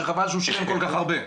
שחבל שהוא שילם כל כך הרבה.